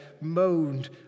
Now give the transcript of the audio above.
moaned